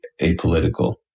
apolitical